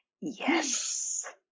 Yes